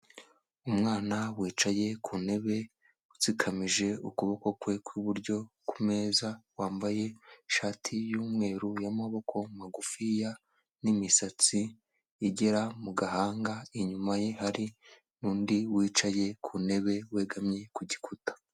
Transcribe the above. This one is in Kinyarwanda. Umwana wicaye ku ntebe utsikamije ukuboko kwe kw'iburyo ku meza, wambaye ishati y'umweru y'amaboko magufiya n'imisatsi igera mu gahanga, inyuma ye hari undi wicaye ku ntebe wegamye ku gikuta.